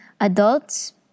adults